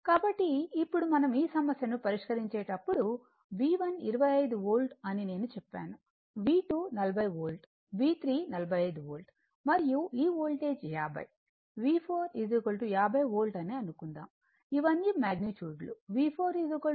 కాబట్టి ఇప్పుడు మనం ఈ సమస్యను పరిష్కరించేటప్పుడు V1 25 వోల్ట్ అని నేను చెప్పాను V240 వోల్ట్ V345 వోల్ట్ మరియు ఈ వోల్టేజ్ 50 V450 వోల్ట్ అని అనుకుందాం ఇవన్నీ మాగ్నిట్యూడ్ లు V4 50 వోల్ట్ అనుకుందాం